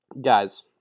Guys